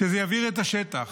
שזה יבעיר את השטח.